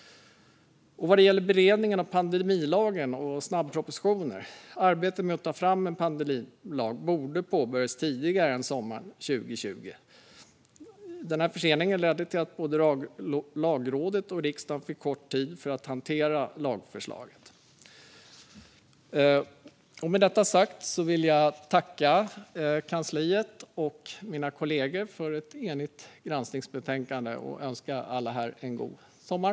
Vad gäller beredningen av pandemilagen och snabbpropositioner borde arbetet med att ta fram en pandemilag ha påbörjats tidigare än sommaren 2020. Förseningen ledde till att både Lagrådet och riksdagen fick kort tid på sig att hantera lagförslaget. Med detta sagt vill jag nu tacka kansliet och mina kollegor för ett enigt granskningsbetänkande och önska alla en god sommar.